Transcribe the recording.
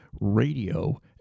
radio